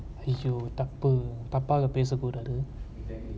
ஐயோ தப்பு தப்பாக பேசிகொள்ளுறாரு:iyoo thappu thappaga pesikozhraru